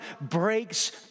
breaks